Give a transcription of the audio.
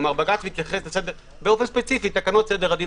כלומר בג"ץ מדבר ספציפית על תקנות סדר הדין